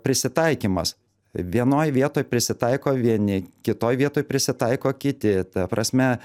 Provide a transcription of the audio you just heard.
prisitaikymas vienoj vietoj prisitaiko vieni kitoj vietoj prisitaiko kiti ta prasme